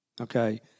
okay